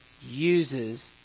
uses